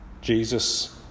Jesus